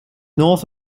north